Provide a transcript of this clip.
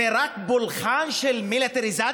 זה רק פולחן של מיליטריזציה,